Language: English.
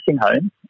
home